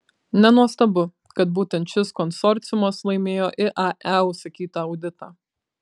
nenuostabu kad būtent šis konsorciumas laimėjo iae užsakytą auditą